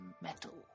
metal